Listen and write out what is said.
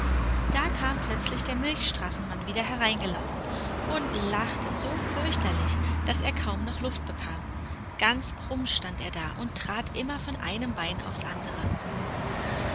da kam plötzlich der milchstraßenmann wieder herbeigelaufen und lachte so fürchterlich daß er kaum noch luft bekam ganz krumm stand er da und trat immer von einem bein aufs andere